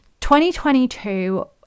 2022